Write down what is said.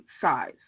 size